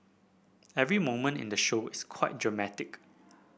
every moment in the show is quite dramatic